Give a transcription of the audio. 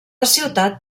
ciutat